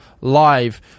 Live